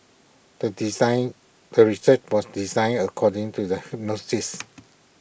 the design the research was designed according to the hypothesis